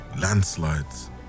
Landslides